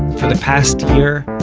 for the past year,